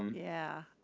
yeah,